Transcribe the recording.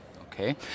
Okay